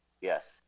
yes